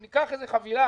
ניקח איזו חבילה,